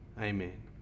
Amen